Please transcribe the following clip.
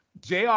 JR